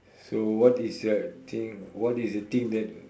so what is the thing what is the thing that